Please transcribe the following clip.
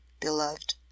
beloved